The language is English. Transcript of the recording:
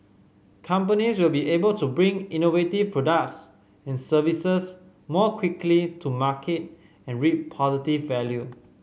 companies will be able to bring innovative products and services more quickly to market and reap positive value